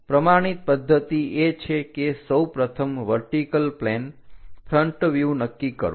પ્રમાણિત પદ્ધતિ એ છે કે સૌપ્રથમ વર્ટિકલ પ્લેન ફ્રન્ટ વ્યુહ નક્કી કરો